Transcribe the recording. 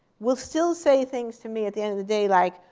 will still say things to me at the end of the day like,